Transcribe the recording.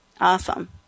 Awesome